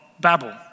Babel